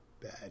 bad